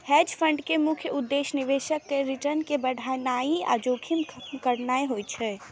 hedge fund के मुख्य उद्देश्य निवेशक केर रिटर्न कें बढ़ेनाइ आ जोखिम खत्म करनाइ होइ छै